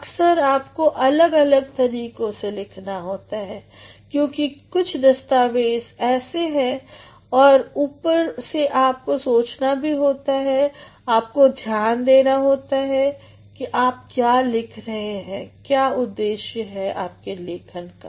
अक्सर आपको अलग अलग तरीकों से लिखना होता है क्योंकि कुछ दस्तावेज़ ऐसे हैं और ऊपर से आपको सोचना भी होता है आपको ध्यान देना होता है कि आप क्या लिख रहे हैं क्या उद्देश्य है आपके लेखन का